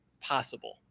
possible